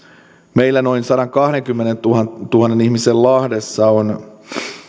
meillä noin sadankahdenkymmenentuhannen ihmisen lahdessa on